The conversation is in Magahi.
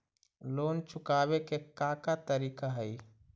लोन चुकावे के का का तरीका हई?